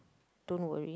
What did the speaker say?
don't worry